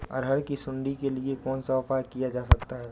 अरहर की सुंडी के लिए कौन सा उपाय किया जा सकता है?